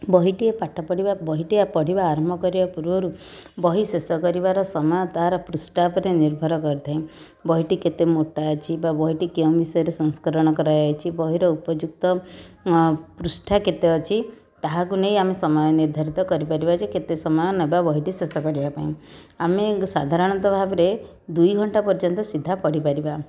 ବହିଟିଏ ପାଠ ପଢ଼ିବା ବହିଟିଏ ପଢ଼ିବା ଆରମ୍ଭ କରିବା ପୂର୍ବରୁ ବହି ଶେଷ କରିବାର ସମୟ ତାର ପୃଷ୍ଠା ଉପରେ ନିର୍ଭର କରିଥାଏ ବହିଟି କେତେ ମୋଟା ଅଛି ବା ବହିଟି କେଉଁ ବିଷୟରେ ସଂସ୍କରଣ କରାଯାଇଛି ବହିର ଉପଯୁକ୍ତ ପୃଷ୍ଠା କେତେ ଅଛି ତାହାକୁ ନେଇ ଆମେ ସମୟ ନିର୍ଦ୍ଧାରିତ କରିପାରିବା ଯେ କେତେ ସମୟ ନେବା ବହିଟି ଶେଷ କରିବା ପାଇଁ ଆମେ ସାଧାରଣତଃ ଭାବରେ ଦୁଇଘଣ୍ଟା ପର୍ଯ୍ୟନ୍ତ ସିଧା ପଢ଼ି ପାରିବା